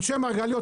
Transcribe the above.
אנשי מרגליות,